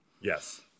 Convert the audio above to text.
yes